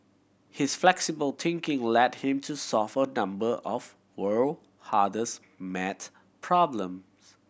his flexible thinking led him to solve a number of world hardest math problem